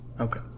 Okay